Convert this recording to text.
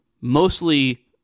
mostly